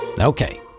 Okay